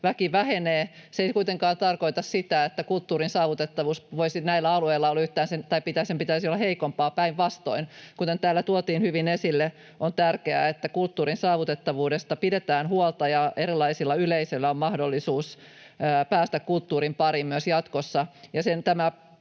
väki vähenee. Se ei kuitenkaan tarkoita sitä, että kulttuurin saavutettavuuden pitäisi olla näillä alueilla yhtään sen heikompaa, päinvastoin. Kuten täällä tuotiin hyvin esille, on tärkeää, että kulttuurin saavutettavuudesta pidetään huolta ja erilaisilla yleisöillä on mahdollisuus päästä kulttuurin pariin myös jatkossa.